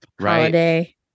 holiday